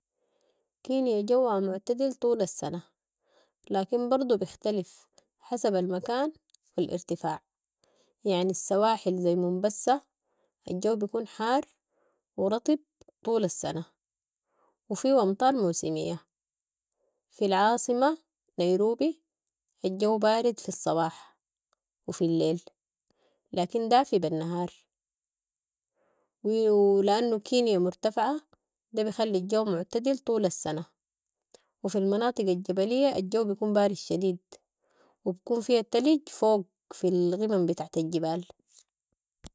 كينيا جوها معتدل طول السنة ، لكن برضو بختلف حسب المكان والارتفاع يعني السواحل زي ممبسه الجو بكون حار و رطب طول السنة وفيهو امطار موسمية في العاصمة نيروبي الجو بارد في الصباح وفي الليل لكن دافي بالنهار لانو كينيا مرتفعة ده بيخلي الجو معتدل طول السنة و في المناطق الجبلية الجو بكون بارد شديد وبكون فيها تلج فوق في القمم بتاعت الجبال